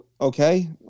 Okay